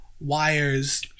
Wires